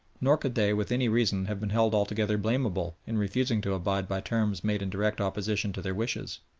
nor could they with any reason have been held altogether blamable in refusing to abide by terms made in direct opposition to their wishes.